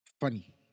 funny